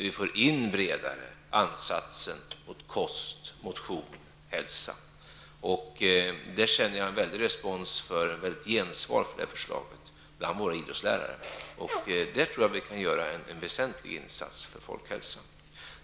Vi får en bredare ansats mot kost, motion och hälsa. För det förslaget känner jag att jag har fått ett stort gensvar, bl.a. av idrottslärare. Där tror jag att vi kan göra en väsentlig insats för folkhälsan.